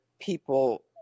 people